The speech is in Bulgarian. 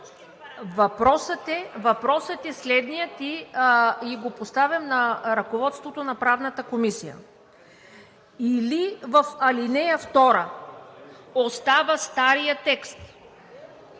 Въпросът е следният и го поставям на ръководството на Правната комисия – или в ал. 2 остава старият текст,